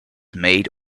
made